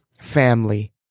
family